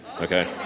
okay